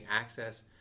access